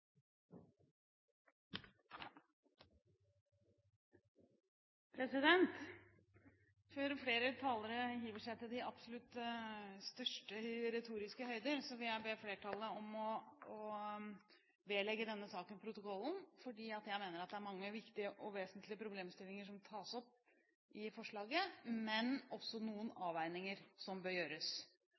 Før flere talere hiver seg på til de største, retoriske høyder, vil jeg be flertallet om at denne saken blir vedlagt protokollen. Det er fordi jeg mener at det er mange viktige og vesentlige problemstillinger som tas opp i forslaget, men at det også er noen avveininger som bør gjøres.